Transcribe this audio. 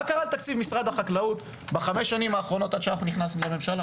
מה קרה לתקציב משרד החקלאות בחמש השנים האחרונות עד שנכנסנו לממשלה